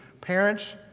Parents